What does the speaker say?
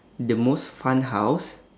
the most fun house